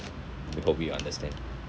we hope you understand